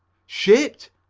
shipped!